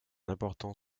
important